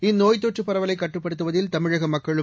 இந்நோய்த் தொற்றுப் பரவலை கட்டுப்படுத்துவதில் தமிழக மக்களும்